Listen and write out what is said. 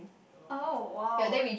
oh !wow!